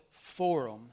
forum